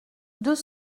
deux